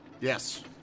Yes